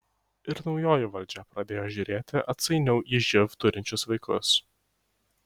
ir naujoji valdžia pradėjo žiūrėti atsainiau į živ turinčius vaikus